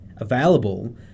available